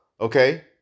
Okay